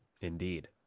Indeed